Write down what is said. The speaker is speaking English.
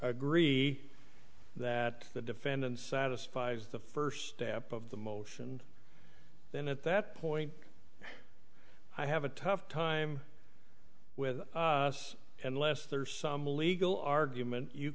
agree that the defendant satisfies the first step of the motion then at that point i have a tough time with us unless there's some legal argument you